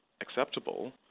acceptable